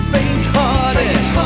Faint-hearted